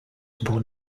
born